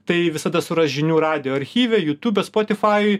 tai visada suras žinių radijo archyve jutūbe spotifajuj